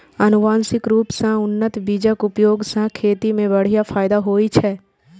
आनुवंशिक रूप सं उन्नत बीजक उपयोग सं खेती मे बढ़िया फायदा होइ छै